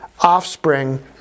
offspring